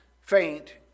faint